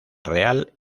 real